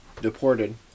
deported